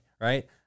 right